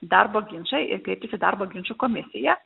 darbo ginčą ir kreiptis į darbo ginčų komisiją